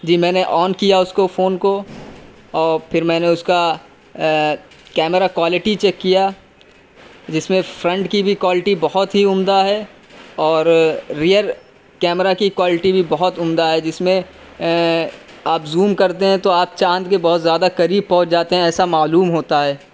جی میں نے آن کیا اس کو فون کو اور پھر میں نے اس کا کیمرہ کوالٹی چیک کیا جس میں فرنٹ کی بھی کوالٹی بہت ہی عمدہ ہے اور ریئر کیمرہ کی کوالٹی بھی بہت عمدہ ہے جس میں آپ زوم کرتے ہیں تو آپ چاند کے بہت زیادہ قریب پہنچ جاتے ہیں ایسا معلوم ہوتا ہے